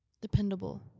dependable